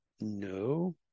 No